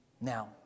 Now